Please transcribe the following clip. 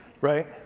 right